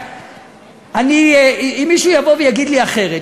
אם מישהו יבוא ויגיד לי אחרת,